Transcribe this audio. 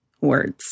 words